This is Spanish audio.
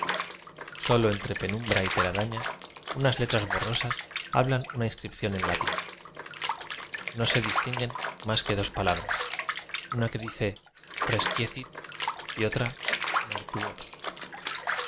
sólo entre penumbra y telarañas unas letras borrosas hablan una inscripción en latín no se distinguen más que dos palabras una que dice r equiescit y otra